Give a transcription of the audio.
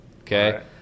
Okay